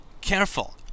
careful